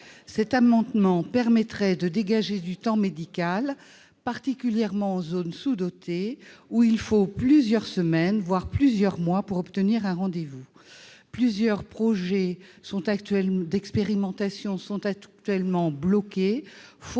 Cet amendement permettrait de dégager du temps médical, particulièrement dans les zones sous-dotées, où il faut plusieurs semaines, voire plusieurs mois pour obtenir un rendez-vous. Plusieurs projets d'expérimentation sont actuellement bloqués